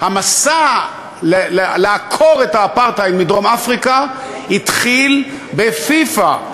המסע לעקירת האפרטהייד מדרום-אפריקה התחיל בפיפ"א.